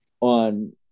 on